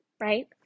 right